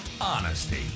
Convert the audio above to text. Honesty